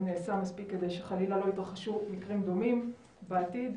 נעשה מספיק כדי שחלילה לא יתרחשו מקרים דומים בעתיד,